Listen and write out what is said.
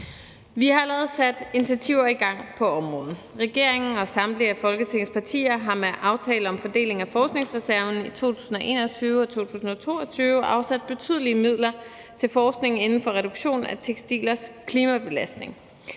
Vi har allerede sat initiativer i gang på området. Regeringen og samtlige af Folketingets partier har med aftalen om fordeling af forskningsreserven i 2021 og 2022 afsat betydelige midler til forskning inden for reduktion af tekstilers klimabelastning.